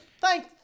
thank